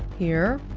here?